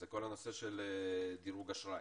זה כל הנושא של דירוג אשראי.